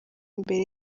mbere